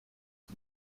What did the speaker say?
you